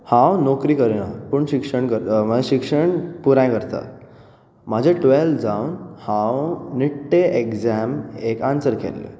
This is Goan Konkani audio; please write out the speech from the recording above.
हांव नोकरी करिना पूण शिक्षण करता शिक्षण पुराय करता म्हाजी टुवेवल्थ जावन हांव नीट एग्जाम आन्सर केले